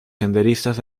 senderistas